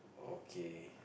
okay